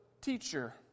teacher